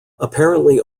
apparently